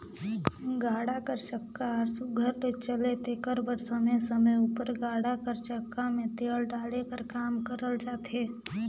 गाड़ा कर चक्का हर सुग्घर ले चले तेकर बर समे समे उपर गाड़ा कर चक्का मे तेल डाले कर काम करल जाथे